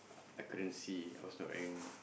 I couldn't see I was so ang